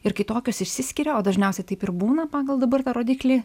ir kai tokios išsiskiria o dažniausiai taip ir būna pagal dabar tą rodiklį